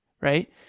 right